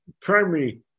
primary